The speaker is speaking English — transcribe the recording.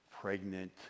pregnant